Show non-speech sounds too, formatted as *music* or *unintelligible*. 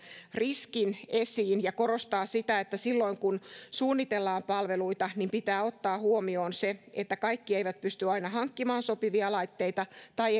riskin esiin ja korostaa sitä että silloin kun suunnitellaan palveluita pitää ottaa huomioon se että kaikki eivät pysty aina hankkimaan sopivia laitteita tai *unintelligible*